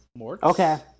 Okay